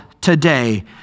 today